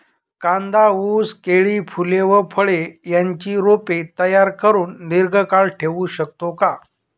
कांदा, ऊस, केळी, फूले व फळे यांची रोपे तयार करुन दिर्घकाळ ठेवू शकतो का?